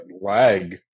lag